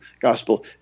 gospel